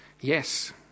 Yes